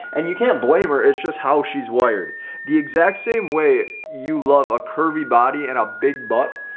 and you can't blame her. it's just how she's wired the exact same way. you love a curvy body and a big butt.